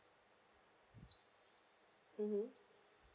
mm